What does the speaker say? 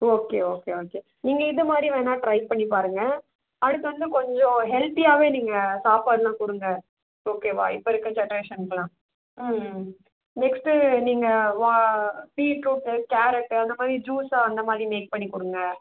okay okay okay நீங்கள் இது மாதிரி வேணால் ட்ரை பண்ணிப் பாருங்க அதுக்கு வந்து கொஞ்சம் ஹெல்த்தியாகவே நீங்கள் சாப்பாடெலாம் கொடுங்க ஓகேவா இப்போ இருக்கற ஜென்ரேஷனுக்குலாம் ம் ம் நெக்ஸ்டு நீங்கள் வா பீட்ரூட்டு கேரட்டு அந்த மாதிரி ஜூஸாக அந்த மாதிரி மேக் பண்ணிக் கொடுங்க